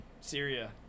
syria